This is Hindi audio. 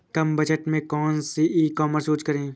कम बजट में कौन सी ई कॉमर्स यूज़ करें?